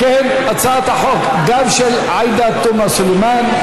אני מוסיף גם את קולה של עאידה תומא סלימאן.